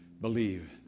Believe